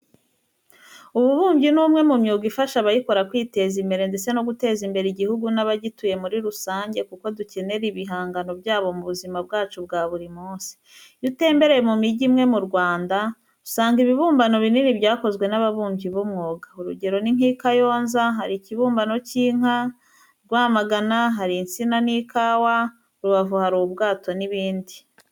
Ububumbyi ni umwe mu myuga ifasha abayikora kwiteza imbere ndetse no guteza imbere igihugu n'abagituye muri rusange kuko dukenera ibihangano byabo mu buzima bwacu bwa buri munsi. Iyo utembereye mu migi imwe mu Rwanda, uhasanga ibibumbano binini byakozwe n'ababumbyi b'umwuga. Urugero ni nk'i Kayonza hari ikibumbano cy'inka, Rwamagana hari insina n'ikawa, Rubavu hari ubwato n'ibindi.